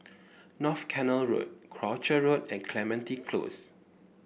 North Canal Road Croucher Road and Clementi Close